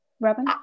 Robin